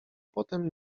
potem